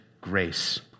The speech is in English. grace